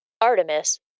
Artemis